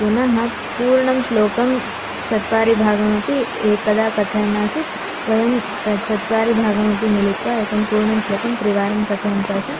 पुनः पूर्णं श्लोकं चत्वारि भागमपि एकदा कथयन्नासीत् वयं तत् चत्वारि भागमपि मिलित्वा एकं पूर्णं श्लोकं त्रिवारं कथयन्त्यासन्